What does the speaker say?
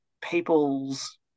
people's